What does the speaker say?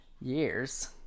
years